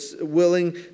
willing